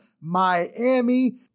Miami